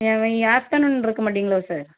நீங்கள் ஆஃப்டர்நூன் இருக்கமாட்டிங்களா சார்